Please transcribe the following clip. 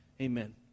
Amen